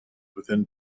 within